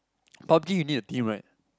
pub-G you need a team right